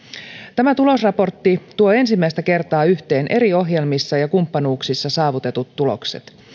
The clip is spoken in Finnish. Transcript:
tämä tulosraportti tuo ensimmäistä kertaa yhteen eri ohjelmissa ja kumppanuuksissa saavutetut tulokset